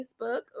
Facebook